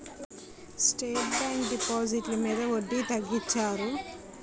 state bank డిపాజిట్లు మీద వడ్డీ తగ్గించారు